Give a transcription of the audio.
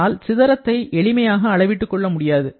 ஆனால் சிதறத்தை எளிமையாக அளவிட்டு கொள்ள முடியாது